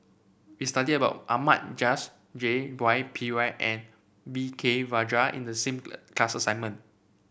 we studied about Ahmad Jais J Y Pillay and V K Rajah in the similar class assignment